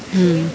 mm